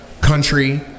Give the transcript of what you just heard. country